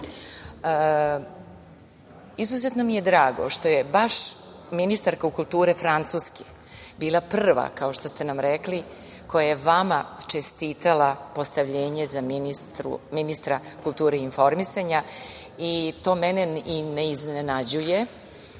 mi je drago što je baš ministarka kulture Francuske bila prva, kao što ste nam rekli, koja je vama čestitala postavljenje za ministra kulture i informisanja i to mene ne iznenađuje,